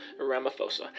Ramaphosa